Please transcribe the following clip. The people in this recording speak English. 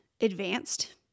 advanced